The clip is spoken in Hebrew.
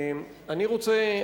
אני רוצה,